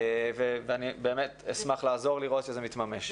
אני באמת אשמח לעזור לראות שזה מתממש.